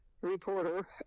reporter